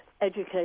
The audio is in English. educate